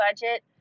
budget